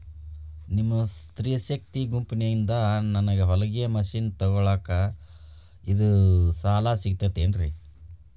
ನಿಮ್ಮ ಸ್ತ್ರೇ ಶಕ್ತಿ ಗುಂಪಿನಿಂದ ನನಗ ಹೊಲಗಿ ಮಷೇನ್ ತೊಗೋಳಾಕ್ ಐದು ಸಾಲ ಸಿಗತೈತೇನ್ರಿ?